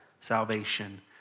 salvation